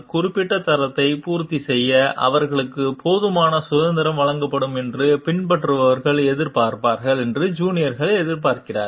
குறிப்பிட்ட தரத்தை பூர்த்தி செய்ய அவர்களுக்கு போதுமான சுதந்திரம் வழங்கப்படும் என்று பின்பற்றுபவர்கள் எதிர்பார்ப்பார்கள் என்றும் ஜூனியர்கள் எதிர்பார்ப்பார்கள்